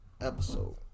Episode